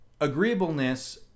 agreeableness